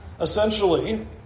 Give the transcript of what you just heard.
Essentially